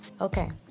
Okay